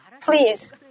please